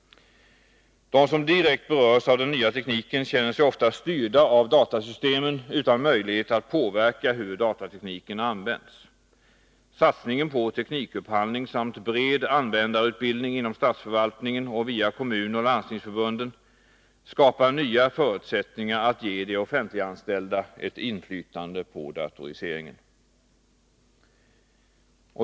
De som direkt berörs av den nya tekniken känner sig ofta styrda av datasystemen utan möjlighet att påverka hur datatekniken används. Satsningen på teknikupphandling samt bred användarutbildning inom statsförvaltningen och via kommunoch landstingsförbunden skapar nya förutsättningar för att ge de offentliganställda inflytande på datoriseringen.